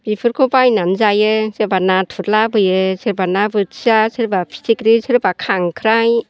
बेफोरखौ बायनानै जायो सोरबा नाथुर लाबोयो सोरबा ना बोथिया सोरबा फिथिख्रि सोरबा खांख्राइ